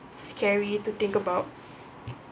scary to think about